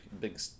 big